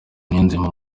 niyonzima